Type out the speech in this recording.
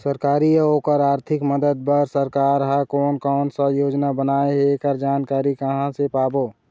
सरकारी अउ ओकर आरथिक मदद बार सरकार हा कोन कौन सा योजना बनाए हे ऐकर जानकारी कहां से पाबो?